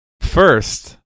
First